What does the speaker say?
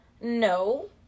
no